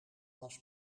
was